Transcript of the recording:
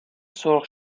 سرخ